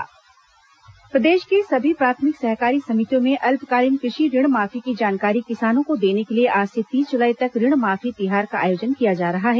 कृषि ऋणमाफी तिहार प्रदेश के सभी प्राथमिक सहकारी समितियों में अल्पकालीन कृषि ऋणमाफी की जानकारी किसानों को देने के लिए आज से तीस जुलाई तक ऋणमाफी तिहार का आयोजन किया जा रहा है